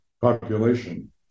population